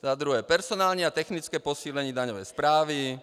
Za druhé, personální a technické posílení daňové správy.